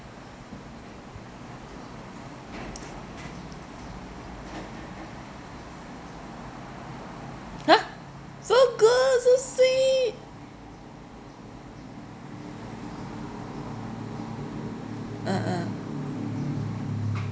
!huh! so good so sweet uh uh